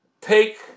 take